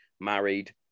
married